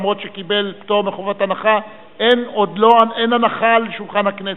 פטור מחובת הנחה, אבל אין הנחה על שולחן הכנסת.